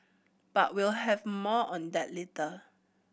but we'll have more on that later